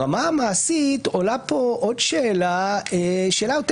ברמה המעשית עולה כאן עוד שאלה שהיא יותר